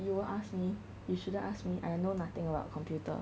you will ask me you shouldn't ask me I know nothing about computer